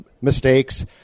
mistakes